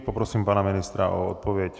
Poprosím pana ministra o odpověď.